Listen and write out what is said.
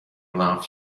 loved